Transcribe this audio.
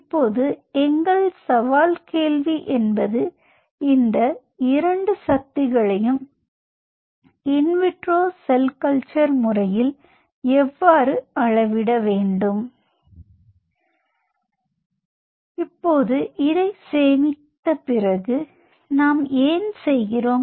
இப்போது எங்கள் சவால் கேள்வி என்பது இந்த 2 சக்திகளையும் இன் விட்ரோ செல் கல்ச்சர் முறையில் எவ்வாறு அளவிட வேண்டும் எனவே இப்போது இதைச் சேமித்த பிறகு நாம் ஏன் செய்கிறோம்